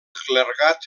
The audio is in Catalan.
clergat